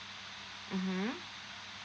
mmhmm